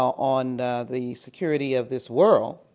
on the security of this world